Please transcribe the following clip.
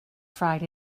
fried